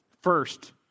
First